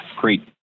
great